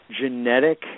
genetic